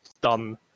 done